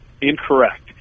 incorrect